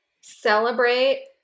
celebrate